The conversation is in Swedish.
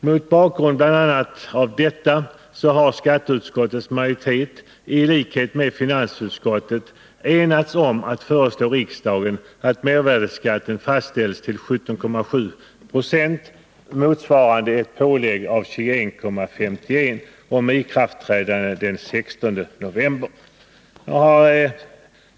Mot bakgrund av bl.a. detta har skatteutskottets majoritet i likhet med finansutskottets enats om att föreslå riksdagen att mervärdeskatten fastställs till 17,7 926, motsvarande ett pålägg av 21,51 20 och med ikraftträdande den 16 november.